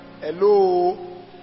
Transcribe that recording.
Hello